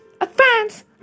Advance